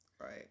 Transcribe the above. Right